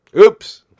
Oops